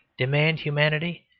demanded humanity,